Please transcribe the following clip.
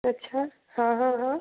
अच्छा हाँ हाँ हाँ